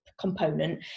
component